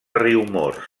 riumors